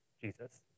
Jesus